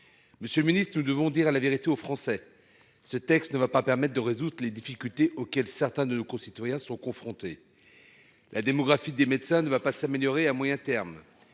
Monsieur le ministre, nous devons dire la vérité aux Français : ce texte ne permettra pas de résoudre les difficultés auxquelles certains de nos concitoyens sont confrontés. La démographie des médecins ne s'améliorera pas à moyen terme.